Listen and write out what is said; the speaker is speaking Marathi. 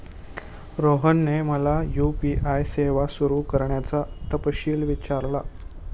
रोहनने मला यू.पी.आय सेवा सुरू करण्याचा तपशील विचारला